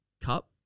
cup